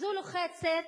זו לוחצת